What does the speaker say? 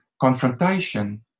confrontation